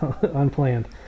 unplanned